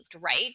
right